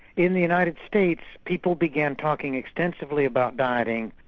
in the united states, people began talking extensively about dieting,